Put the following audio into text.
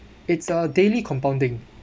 it's uh daily compounding